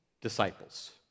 disciples